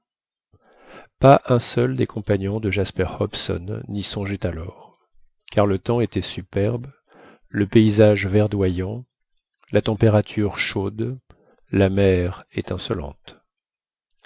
pas un seul des compagnons de jasper hobson n'y songeait alors car le temps était superbe le paysage verdoyant la température chaude la mer